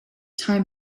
time